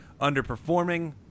underperforming